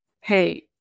Hey